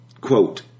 Quote